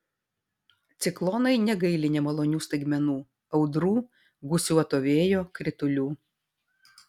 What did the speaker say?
ciklonai negaili nemalonių staigmenų audrų gūsiuoto vėjo kritulių